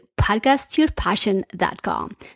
podcastyourpassion.com